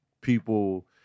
people